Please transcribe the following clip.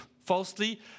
falsely